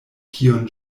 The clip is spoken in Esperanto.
kion